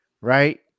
right